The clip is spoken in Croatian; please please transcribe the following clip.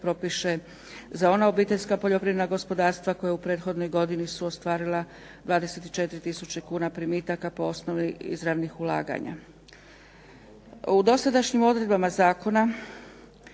za ona obiteljska poljoprivredna gospodarstva koja u prethodnoj godini su ostvarila 24 tisuće kuna primitaka po osnovi izravnih ulaganja. U dosadašnjim odredbama Zakona